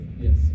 Yes